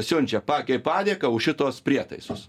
siunčia pakei padėką už šitos prietaisus